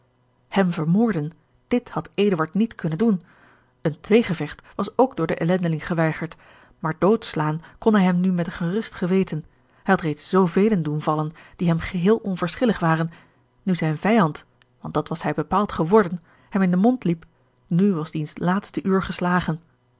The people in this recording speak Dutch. hem vermoorden dit had eduard niet kunnen doen een tweegevecht was ook door den ellendeling geweigerd maar doodslaan kon hij hem nu met een gerust geweten hij had reeds zoovelen doen vallen die hem geheel onverschillig waren nu zijn vijand want dat was hij bepaald geworden hem in den mond liep nu was diens laatste uur geslagen